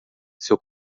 seu